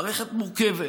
מערכת מורכבת.